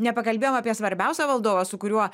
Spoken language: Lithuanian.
nepakalbėjom apie svarbiausią valdovą su kuriuo